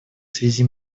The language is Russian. связи